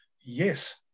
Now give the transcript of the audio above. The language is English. yes